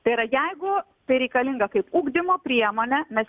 tai yra jeigu tai reikalinga kaip ugdymo priemonė mes